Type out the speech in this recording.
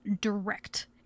direct